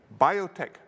biotech